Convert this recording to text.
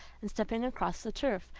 and stepping across the turf,